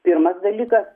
pirmas dalykas